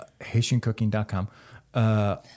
HaitianCooking.com